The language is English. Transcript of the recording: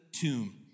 tomb